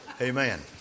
Amen